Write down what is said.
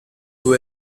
who